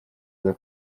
aza